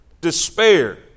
despair